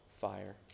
fire